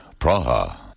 Praha